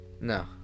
No